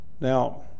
Now